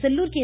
Sellur K